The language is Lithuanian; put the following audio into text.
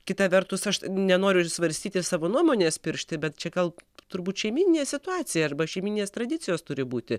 kita vertus aš nenoriu svarstyti savo nuomonės piršti bet čia gal turbūt šeimyninė situacija arba šeimyninės tradicijos turi būti